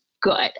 good